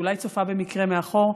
שאולי צופה במקרה מאחור.